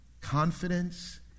Confidence